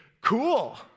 cool